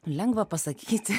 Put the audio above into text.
lengva pasakyti